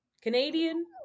Canadian